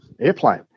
airplane